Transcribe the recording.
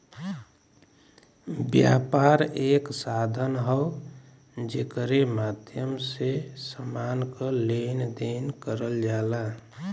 व्यापार एक साधन हौ जेकरे माध्यम से समान क लेन देन करल जाला